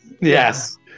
Yes